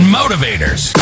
motivators